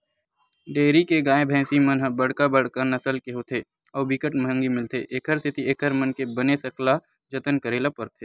dairy के गाय, भइसी मन ह बड़का बड़का नसल के होथे अउ बिकट महंगी मिलथे, एखर सेती एकर मन के बने सकला जतन करे ल परथे